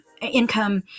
income